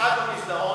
אחד במסדרון,